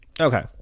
okay